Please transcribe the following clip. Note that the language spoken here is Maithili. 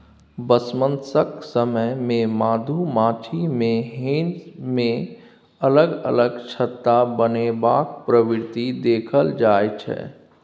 बसंमतसक समय मे मधुमाछी मे हेंज मे अलग अलग छत्ता बनेबाक प्रवृति देखल जाइ छै